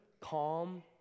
calm